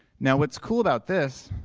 now what's cool about this